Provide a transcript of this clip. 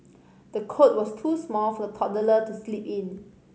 the cot was too small for the toddler to sleep in